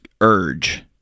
urge